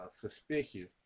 suspicious